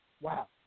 wow